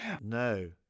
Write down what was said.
No